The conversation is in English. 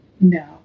No